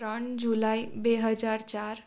ત્રણ જુલાઈ બે હજાર ચાર